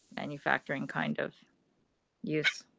manufacturing kind of use.